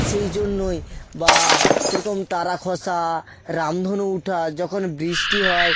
সেই জন্যই বা সেরকম তারা খসা রামধনু ওঠা যখন বৃষ্টি হয়